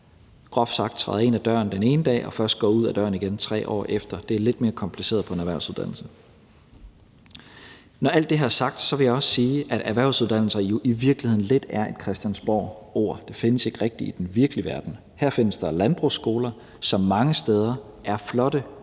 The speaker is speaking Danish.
groft sagt træder ind ad døren den ene dag og først går ud ad døren igen 3 år efter. Det er lidt mere kompliceret på en erhvervsuddannelse. Når alt det her er sagt, vil jeg også sige, at erhvervsuddannelserne jo i virkeligheden lidt er et Christiansborgord. Det findes ikke rigtig i den virkelige verden. Her findes der landbrugsskoler, som mange steder er flotte og